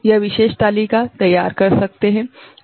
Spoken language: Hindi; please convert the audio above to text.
यह विशेष तालिका तैयार कर सकते है